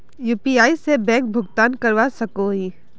UPI से bank भुगतान करवा सकोहो ही?